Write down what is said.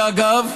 אגב,